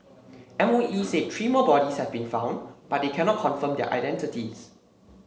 MOE said three more bodies have been found but they cannot confirm their identities